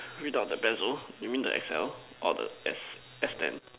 read out the base or you mean the X L or the X man